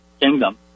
Kingdom